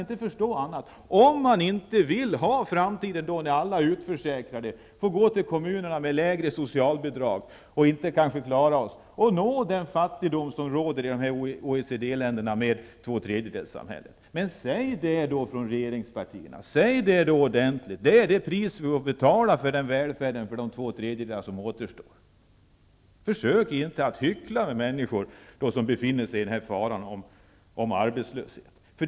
Vi får väldiga underskott om vi inte vill ha en framtid där alla är utförsäkrade och får gå till kommunerna som delar ut lägre socialbidrag. Vi når den fattigdom som råder i OECD-länderna med två tredjedelssamhället. Men då måste regeringspartierna säga detta. Det är det pris vi får betala för välfärden för de två tredjedelar som återstår. Försök inte att hyckla för människor som är utsatta för faran att bli arbetslösa.